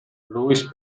louis